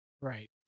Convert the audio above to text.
Right